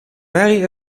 merrie